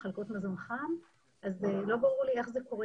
מחלקות מזון חם ולא ברור לי איך זה קורה